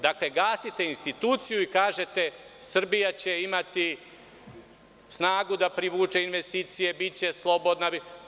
Dakle, gasite instituciju i kažete – Srbija će imati snagu da privuče investicije, biće slobodna.